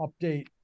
update